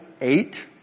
eight